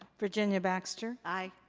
virginia baxter. aye.